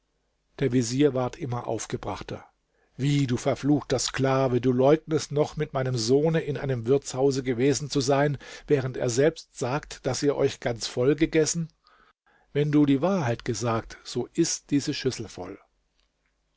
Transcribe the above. der vezier ward immer aufgebrachter wie du verfluchter sklave du leugnest noch mit meinem sohne in einem wirtshause gewesen zu sein während er selbst sagt daß ihr euch ganz vollgegessen wenn du die wahrheit gesagt so iß diese schüssel voll